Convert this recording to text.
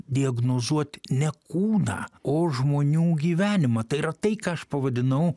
diagnozuot ne kūną o žmonių gyvenimą tai yra tai ką aš pavadinau